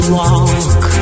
walk